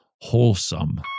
wholesome